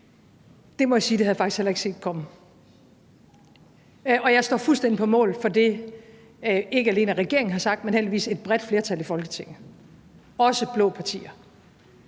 gas, må jeg sige at jeg faktisk ikke havde set komme. Og jeg står fuldstændig på mål for det, som ikke alene regeringen har sagt, men heldigvis et bredt flertal i Folketinget har sagt – også blå partier